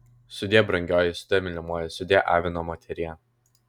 sudie brangioji sudie mylimoji sudie avino moterie